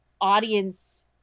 audience